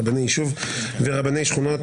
רבני יישוב ורבני שכונות),